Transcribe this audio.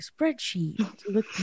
spreadsheet